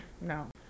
No